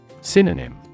Synonym